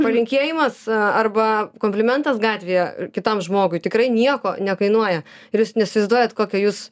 palinkėjimas arba komplimentas gatvėje kitam žmogui tikrai nieko nekainuoja ir jūs neįsivaizduojat kokią jūs